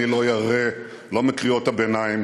אני לא ירא, לא מקריאות הביניים